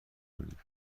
کنیم